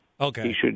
Okay